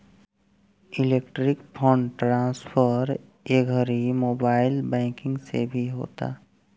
electronic fund transfer ए घड़ी mobile banking से भी होता